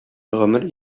гомер